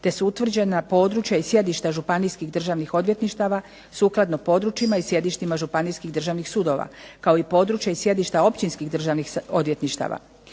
te su utvrđena područja i sjedišta Županijskih državnih odvjetništava sukladno područjima i sjedištima Županijskih državnih sudova kao i područja i sjedišta Općinskih državnih odvjetništava.